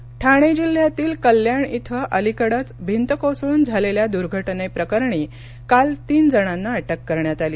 अटक ठाणे जिल्ह्यातील कल्याण इथं अलीकडेच भिंत कोसळून झालेल्या दुर्घटनेप्रकरणी काल तीन जणांना अटक करण्यात आली